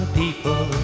people